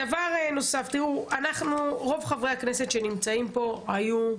דבר נוסף: רוב חברי הכנסת שנמצאים פה היו,